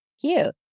Cute